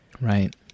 Right